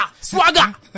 swagger